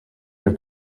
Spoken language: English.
your